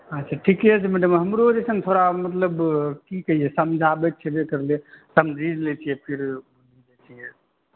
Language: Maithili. अच्छा ठीके छै मैडम हमरो जे छै ने थोड़ा मतलब की कहियै समझाबै छेबै करले समझी लै छियै फेर भुलि जाइ छियै